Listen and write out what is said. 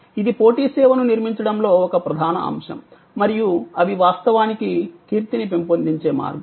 ఇది పోటీ సేవను నిర్మించడంలో ఒక ప్రధాన అంశం మరియు అవి వాస్తవానికి కీర్తిని పెంపొందించే మార్గం